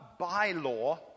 bylaw